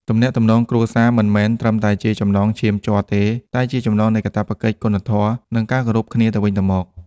ទំនាក់ទំនងគ្រួសារមិនមែនត្រឹមតែជាចំណងឈាមជ័រទេ តែជាចំណងនៃកាតព្វកិច្ច គុណធម៌ និងការគោរពគ្នាទៅវិញទៅមក។